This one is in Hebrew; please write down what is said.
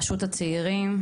רשות הצעירים,